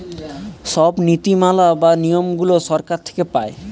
সব নীতি মালা বা নিয়মগুলো সরকার থেকে পায়